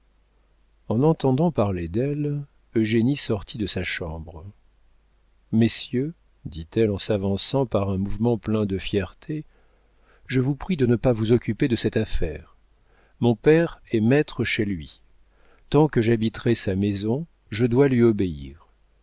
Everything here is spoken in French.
en entendant parler d'elle eugénie sortit de sa chambre messieurs dit-elle en s'avançant par un mouvement plein de fierté je vous prie de ne pas vous occuper de cette affaire mon père est maître chez lui tant que j'habiterai sa maison je dois lui obéir